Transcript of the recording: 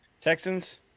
Texans